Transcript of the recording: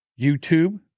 YouTube